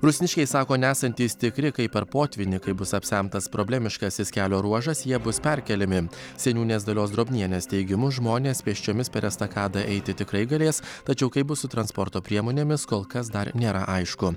rusniškiai sako nesantys tikri kaip per potvynį bus apsemtas problemiškasis kelio ruožas jie bus perkeliami seniūnės dalios drobnienės teigimu žmonės pėsčiomis per estakadą eiti tikrai galės tačiau kaip bus su transporto priemonėmis kol kas dar nėra aišku